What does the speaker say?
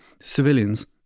civilians